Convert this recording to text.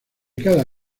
cada